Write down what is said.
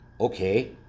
okay